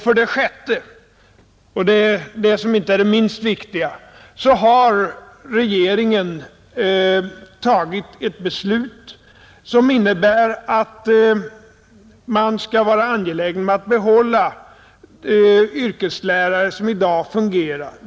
För det sjätte — och det är inte det minst viktiga — har regeringen tagit ett beslut, som innebär att vi skall försöka behålla de yrkeslärare som i dag fungerar.